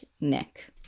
Nick